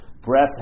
Breath